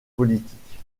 politique